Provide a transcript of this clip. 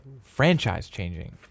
Franchise-changing